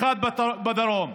אחד בדרום,